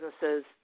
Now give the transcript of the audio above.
businesses